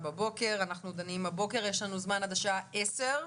אנחנו דנים הבוקר, יש לנו זמן עד השעה עשר,